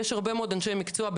יש הרבה מאוד אנשי מקצוע,